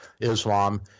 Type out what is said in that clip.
Islam